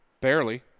Barely